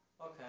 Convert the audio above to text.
okay